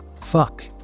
Fuck